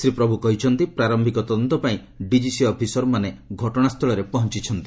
ଶ୍ରୀ ପ୍ରଭୁ କହିଛନ୍ତି ପ୍ରାରମ୍ଭିକ ତଦନ୍ତ ପାଇଁ ବିଜିସିଏ ଅଫିସରମାନେ ଘଟଣା ସ୍ଥଳରେ ପହଞ୍ଚଥିଲେ